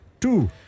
Two